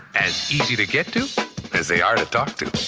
as easy to get to as they are to talk to.